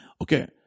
Okay